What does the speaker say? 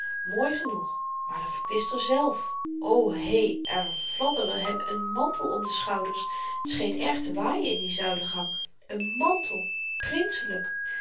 mooi genoeg maar de verkwister zelf o hé er fladderde hem n mantel om de schouders t scheen erg te waaien in dien zuilengang n mantel prinselyk